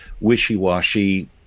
wishy-washy